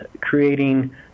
creating